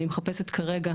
אני מחפשת כרגע,